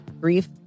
grief